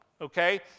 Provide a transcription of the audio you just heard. Okay